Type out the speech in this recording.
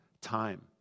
time